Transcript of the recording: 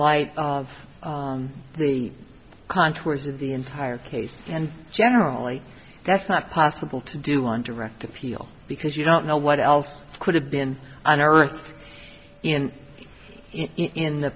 light of the contours of the entire case and generally that's not possible to do on direct appeal because you don't know what else could have been unearthed in in the